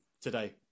today